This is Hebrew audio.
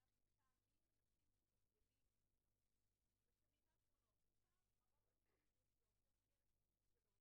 נשים שהבן זוג שלהן משתמש בסמים, אף אחד לא יודע.